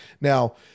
Now